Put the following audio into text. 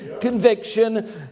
conviction